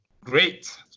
Great